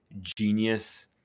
genius